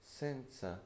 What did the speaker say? senza